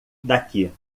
daqui